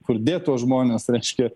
kur dėt tuos žmones reiškia